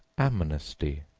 amnesty,